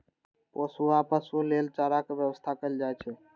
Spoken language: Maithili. पोसुआ पशु लेल चारा के व्यवस्था कैल जाइ छै